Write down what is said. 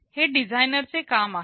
हे डिझायनर च काम आहे